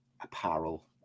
apparel